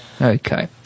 Okay